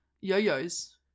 Yo-yos